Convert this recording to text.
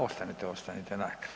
Ostanite, ostanite.